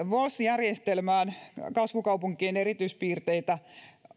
vos järjestelmästä ja kasvukaupunkien erityispiirteistä